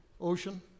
Ocean